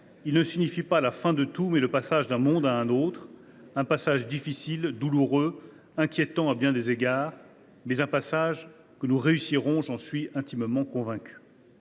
Ils ne signifient pas la fin de tout, mais le passage d’un monde à un autre – un passage difficile, douloureux et inquiétant à bien des égards, mais un passage que nous réussirons, j’en suis intimement convaincu.